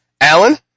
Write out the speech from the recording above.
Alan